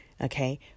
okay